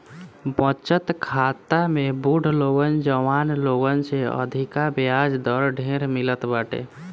बचत खाता में बुढ़ लोगन जवान लोगन से अधिका बियाज दर ढेर मिलत बाटे